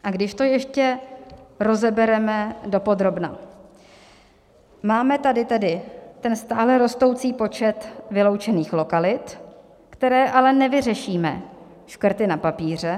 A když to ještě rozebereme dopodrobna, máme tady tedy ten stále rostoucí počet vyloučených lokalit, které ale nevyřešíme škrty na papíře.